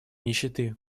нищеты